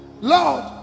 Lord